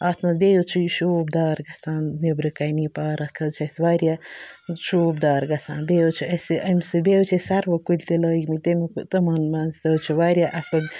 اَتھ منٛز بیٚیہِ حظ چھِ یہِ شوٗب دار گژھان نٮ۪برٕکَنۍ یہِ پارک حظ چھِ اَسہِ واریاہ شوٗب دار گژھان بیٚیہِ حظ چھِ اَسہِ اَمہِ سۭتۍ بیٚیہِ حظ چھِ اَسہِ سَروٕ کُلۍ تہِ لٲگۍ مٕتۍ تمیُک تِمَن منٛز تہِ حظ چھِ واریاہ اَصٕل